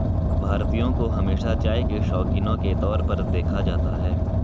भारतीयों को हमेशा चाय के शौकिनों के तौर पर देखा जाता है